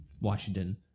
Washington